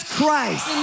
Christ